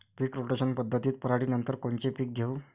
पीक rotation पद्धतीत पराटीनंतर कोनचे पीक घेऊ?